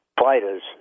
fighters